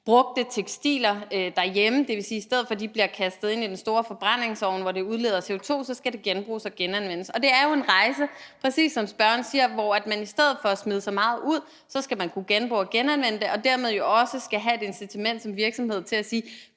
brugte tekstiler derhjemme. Det vil sige, at de, i stedet for at de bliver kastet ind i den store forbrændingsovn, hvor det udleder CO2, skal genbruges og genanvendes. Og det er jo en rejse, præcis som spørgeren siger, hvor man i stedet for at smide så meget ud skal kunne genbruge og genanvende det, og hvor man som virksomhed jo dermed også skal have et incitament til at sige: